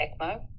ECMO